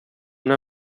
una